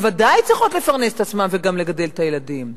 הן בוודאי צריכות לפרנס את עצמן וגם לגדל את הילדים.